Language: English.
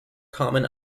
common